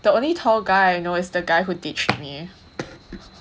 the only tall guy I know is the guy who ditch me